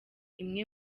imwe